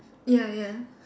ya ya